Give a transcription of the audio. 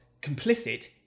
complicit